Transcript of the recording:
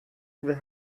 wer